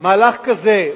מהלך כזה,